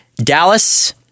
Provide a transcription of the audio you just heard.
Dallas